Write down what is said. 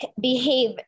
behave